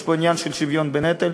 יש פה עניין של שוויון בנטל.